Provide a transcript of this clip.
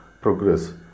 progress